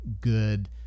good